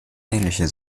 ähnliche